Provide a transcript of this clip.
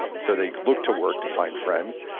so they look to work to find friends.